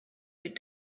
with